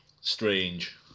strange